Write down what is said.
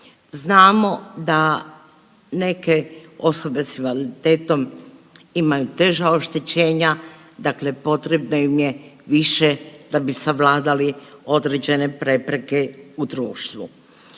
Znamo da neke osobe s invaliditetom imaju teža oštećenja, dakle potrebno im je više da bi savladali određene prepreke u društvu.